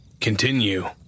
continue